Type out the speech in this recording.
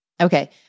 Okay